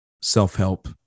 self-help